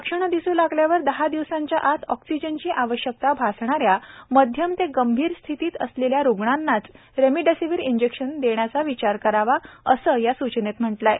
लक्षणं दिसू लागल्यावर दहा दिवसांच्या आत ऑक्सिजनची आवश्यकता भासणाऱ्या मध्यम ते गंभीर स्थितीत असलेल्या रुग्णांनाच रेमडेसिवीर इंजेक्शन देण्याचा विचार करावा असं या सूचनेत म्हटलं आहे